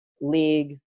league